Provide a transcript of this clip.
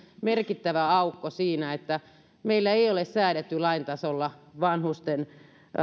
merkittävä aukko siinä että meillä ei ole säädetty lain tasolla vanhusten